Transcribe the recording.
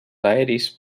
aeris